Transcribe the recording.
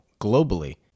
globally